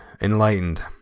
enlightened